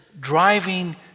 driving